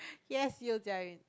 yes you join